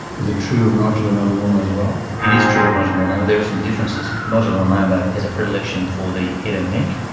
is it true of nodular melanoma as well? it is true of nodular melanoma. there are some differences. nodular melanoma has a predilection for the head and neck,